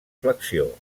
flexió